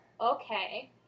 Okay